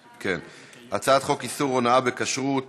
(תיקון, כשרות